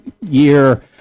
year